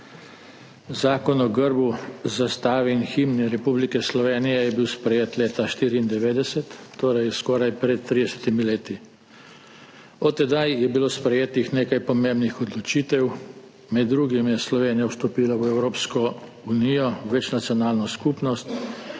Zakon o grbu, zastavi in himni Republike Slovenije je bil sprejet leta 1994, torej pred skoraj 30 leti. Od tedaj je bilo sprejetih nekaj pomembnih odločitev. Med drugim je Slovenija vstopila v Evropsko unijo, v večnacionalno skupnost,